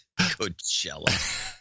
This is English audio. Coachella